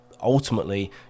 ultimately